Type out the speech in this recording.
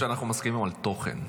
שאנחנו מסכימים על תוכן.